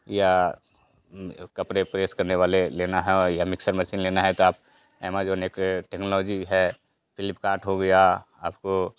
या कपड़े प्रेस करने वाले लेना है या मिक्सर मशीन लेना है तो आप एमाजॉन एप पर टेक्नोलॉजी है फ्लिपकाट हो गया आपको